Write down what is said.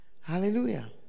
Hallelujah